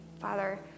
Father